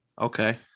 Okay